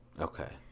Okay